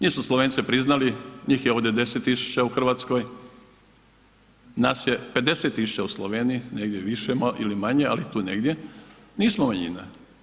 Mi smo Slovence priznali, njih je ovdje 10 tisuća u Hrvatskoj, naš je 50 tisuća u Sloveniji, negdje više ili manje ali tu negdje, nismo manjina.